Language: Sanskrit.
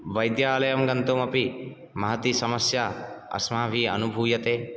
वैद्यालयं गन्तुमपि महती समस्या अस्माभिः अनुभूयते